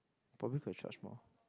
probably could've charge more